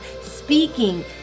speaking